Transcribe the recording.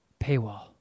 paywall